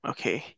Okay